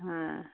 হ্যাঁ